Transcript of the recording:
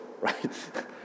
right